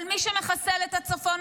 אבל מי שמחסל את הצפון,